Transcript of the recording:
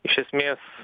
iš esmės